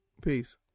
peace